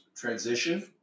Transition